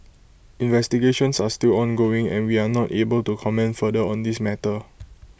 investigations are still ongoing and we are not able to comment further on this matter